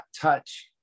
touch